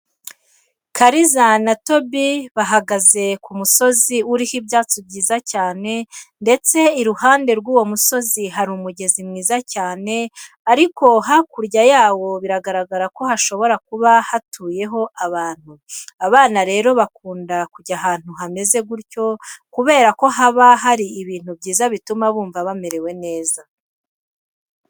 Kaliza na Tobi bahagaze ku musozi uriho ibyatsi byiza cyane ndetse iruhande rw'uwo musozi hari umugezi mwiza cyane ariko hakurya yawo biragaragara ko hashobora kuba hatuyeyo abantu. Abana rero bakunda kujya ahantu hameze gutya kubera ko haba hari ibintu byiza bituma bumva bamerewe neza.